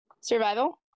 Survival